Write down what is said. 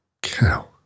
Cow